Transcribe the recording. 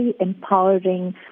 empowering